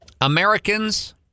Americans